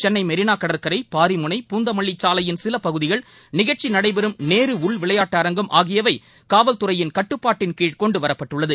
Chennai Marina கடற்கரை பாரிமுனை பூந்தமல்லிசாலையின் சில பகுதிகள் நிகழ்ச்சி நடைபெறும் நேரு உள் விளையாட்டு அரங்கம் ஆகியவை காவல்துறையின் கட்டுப்பாட்டின் கீழ் கொண்டு வரப்பட்டுள்ளது